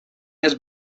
has